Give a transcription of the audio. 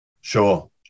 Sure